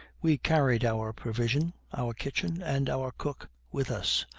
we carried our provision, our kitchen, and our cook with us,